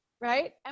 right